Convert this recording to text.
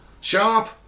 Sharp